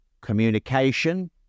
communication